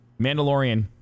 Mandalorian